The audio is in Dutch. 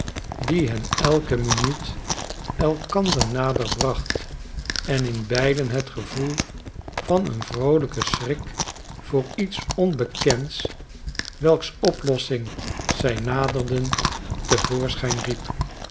die hen elke minuut elkander nader bracht en in beiden het gevoel van een vroolijken schrik voor iets onbekends welks oplossing zij naderden te voorschijn riep